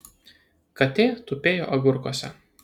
katė tupėjo agurkuose